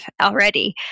already